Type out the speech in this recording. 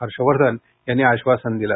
हर्ष वर्धन यांनी आश्वासन दिलं